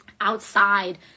outside